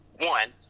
One